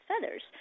feathers